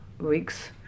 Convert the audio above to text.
weeks